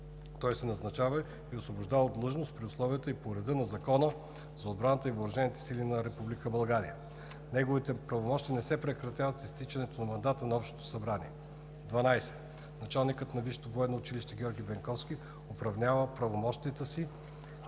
Той се назначава и освобождава от длъжност при условията и по реда на Закона за отбраната и въоръжените сили на Република България. Неговите правомощия не се прекратяват с изтичането на мандата на Общото събрание. 12. Началникът на Висшето военновъздушно училище